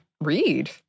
read